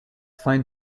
fine